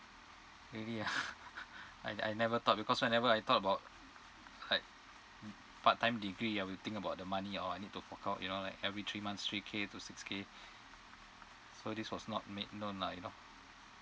really ah I I never thought because whenever I talk about like part time degree I will think about the money or I need to fork out you know like every three months three K to six K so this was not made known lah you know